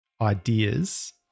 ideas